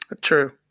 True